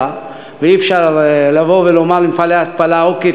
ואי-אפשר לבוא ולומר למפעלי התפלה: אוקיי,